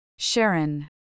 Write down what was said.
Sharon